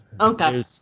Okay